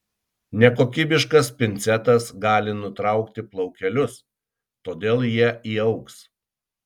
nekokybiškas pincetas gali nutraukti plaukelius todėl jie įaugs